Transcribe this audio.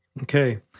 Okay